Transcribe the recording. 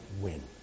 win